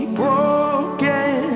broken